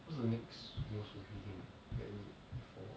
what's the next most creepy thing that need for